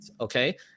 okay